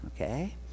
okay